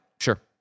Sure